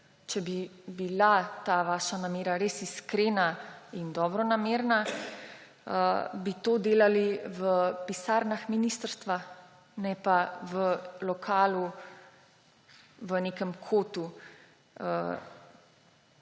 če bi bila ta vaša namera res iskrena in dobronamerna, to delali v pisarnah ministrstva, ne pa v lokalu v nekem kotu,